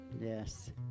Yes